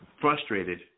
frustrated